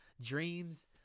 Dreams